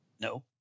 No